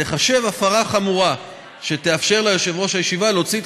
תיחשב הפרה חמורה שתאפשר ליושב ראש הישיבה להוציא את